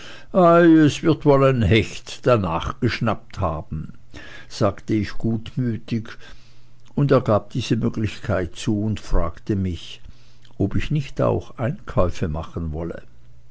es wird wohl ein hecht danach geschnappt haben sagte ich gutmütig und er gab diese möglichkeit zu und fragte mich ob ich nicht auch einkäufe machen wolle